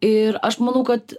ir aš manau kad